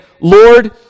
Lord